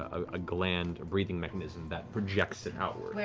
ah a gland, a breathing mechanism that projects it outward.